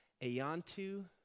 Ayantu